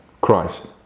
Christ